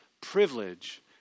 privilege